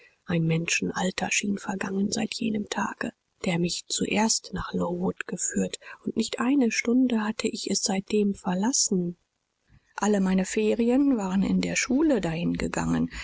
ein menschenalter schien vergangen seit jenem tage der mich zuerst nach lowood geführt und nicht eine stunde hatte ich es seitdem verlassen alle meine ferien waren in der schule dahin